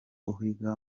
uhiga